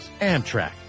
Amtrak